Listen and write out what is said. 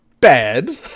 bad